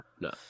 no